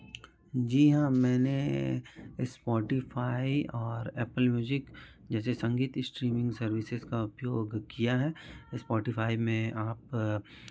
जी हाँ मैंने स्पोटीफाई और एप्पल म्यूजिक जैसे संगीत स्ट्रीमिंग सर्विसेज़ का उपयोग किया है स्पोटीफाई में आप